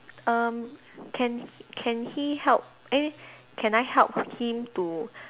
um can can he help eh can I help him to